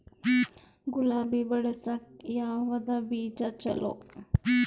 ಗುಲಾಬಿ ಬೆಳಸಕ್ಕ ಯಾವದ ಬೀಜಾ ಚಲೋ?